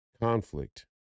conflict